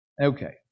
Okay